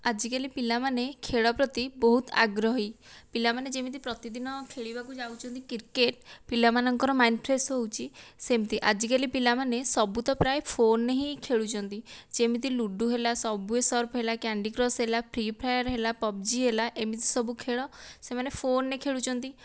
ଆଜିକାଲି ପିଲାମାନେ ଖେଳ ପ୍ରତି ବହୁତ୍ ଆଗ୍ରହୀ ପିଲାମାନେ ଯେମିତି ପ୍ରତିଦିନ ଖେଳିବାକୁ ଯାଉଛନ୍ତି କ୍ରିକେଟ୍ ପିଲାମାନଙ୍କର ମାଇଣ୍ଡ୍ଫ୍ରେସ୍ ହେଉଛି ସେମିତି ଆଜିକାଲି ପିଲାମାନେ ସବୁତ ପ୍ରାୟ ଫୋନ୍ରେ ହିଁ ଖେଳୁଛନ୍ତି ଯେମିତି ଲୁଡ଼ୁ ହେଲା ସବଓ୍ୱେ ସର୍ପର୍ସ୍ ହେଲା କ୍ୟାଣ୍ଡିକ୍ରସ୍ ହେଲା ଫ୍ରୀଫାୟାର୍ ହେଲା ପବ୍ଜି ହେଲା ଏମିତି ସବୁ ଖେଳ ସେମାନେ ଫୋନ୍ରେ ଖେଳୁଛନ୍ତି